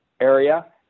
area